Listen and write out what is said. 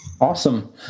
Awesome